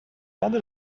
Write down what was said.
other